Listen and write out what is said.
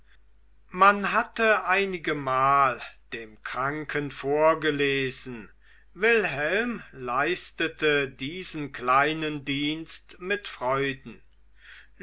man hatte einigemal dem kranken vorgelesen wilhelm leistete diesen kleinen dienst mit freuden